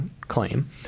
claim